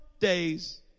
days